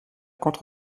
contre